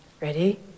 Ready